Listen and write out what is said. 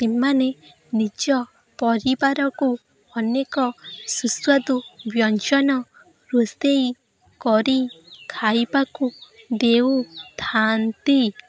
ସେମାନେ ନିଜ ପରିବାରକୁ ଅନେକ ସୁସ୍ବାଦୁ ବ୍ୟଞ୍ଜନ ରୋଷେଇ କରି ଖାଇବାକୁ ଦେଉଥାନ୍ତି